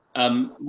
um,